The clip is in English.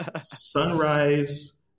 Sunrise